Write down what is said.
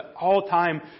all-time